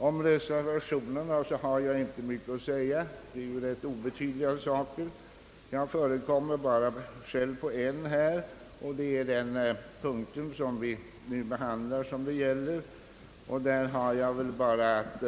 Om reservationerna har jag inte mycket att säga — det är ju där fråga om rätt obetydliga saker. Jag förekommer själv bara under en reservation och den gäller den punkt som vi nu behandlar. Där har jag bara att